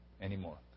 anymore